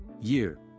Year